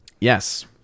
Yes